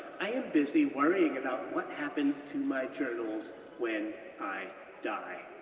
i am busy worrying about what happens to my journals when i die.